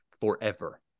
forever